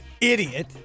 idiot